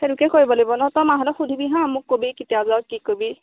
তেনেকে কৰিব লাগিব ন তই মাহতক সুধিবি হা মোক কবি কি কবি